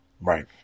Right